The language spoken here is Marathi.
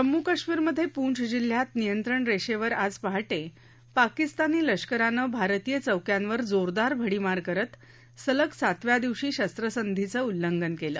जम्मू काश्मीरमध्ये पूंछ जिल्ह्यात नियंत्रण रेषेवर आज पहाटे पाकिस्तानी लष्करानं भारतीय चौक्यांवर जोरदार भडीमार करत सलग सातव्या दिवशी शस्त्रसंधीचं उल्लंघन केलं